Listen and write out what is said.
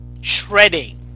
Shredding